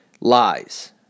lies